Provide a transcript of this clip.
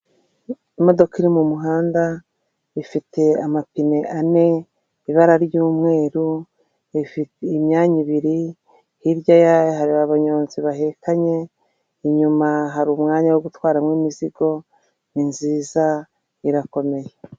Imodoka iri mu muhanda, ifite amapine ane, ibara ry'umweru, ifite imyanya ibiri, hirya yayo hari abanyonzi bahekanye, inyuma hari umwanya wo gutwaramo imizigo, ni nziza irakomeye.